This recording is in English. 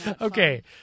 Okay